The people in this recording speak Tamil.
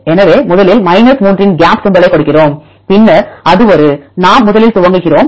எனவே முதலில் 3 இன் கேப் சிம்பளை கொடுக்கிறோம் பின்னர் அது ஒரு நாம்முதலில் துவக்குகிறோம்